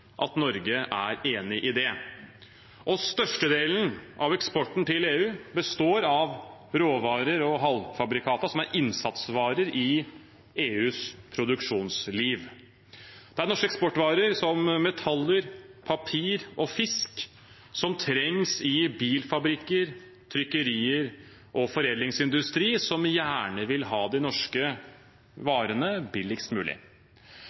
at Norge er enig i det. Størstedelen av eksporten til EU består av råvarer og halvfabrikata som er innsatsvarer i EUs produksjonsliv. Det er norske eksportvarer som metaller, papir og fisk som trengs i bilfabrikker, trykkerier og foredlingsindustri, som gjerne vil ha de norske varene billigst mulig.